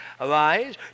arise